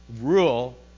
rule